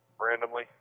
Randomly